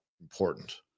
important